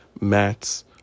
mats